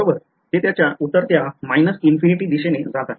बरोबर ते त्याच्या उतरत्या दिशेने जात आहे